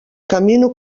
camino